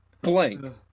Blank